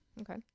Okay